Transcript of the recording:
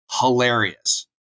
hilarious